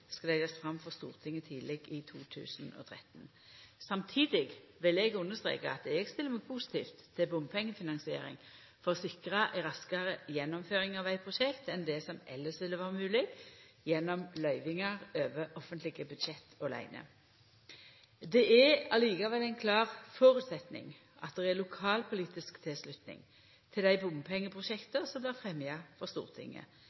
skal leggjast fram for Stortinget tidleg i 2013. Samtidig vil eg understreka at eg stiller meg positiv til bompengefinansiering for å sikra ei raskare gjennomføring av vegprosjekt enn det som elles vil vera mogleg gjennom løyvingar over offentlege budsjett åleine. Det er likevel ein klar føresetnad at det er lokalpolitisk tilslutning til dei bompengeprosjekta som blir fremja for Stortinget.